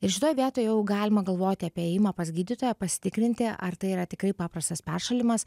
ir šitoj vietoj jau galima galvoti apie ėjimą pas gydytoją pasitikrinti ar tai yra tikrai paprastas peršalimas